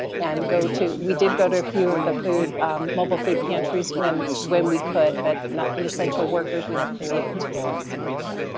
and go to, we did go to a few of the mobile food pantries when when we could, but not being essential workers, we haven't been able to since, but yeah.